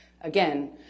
Again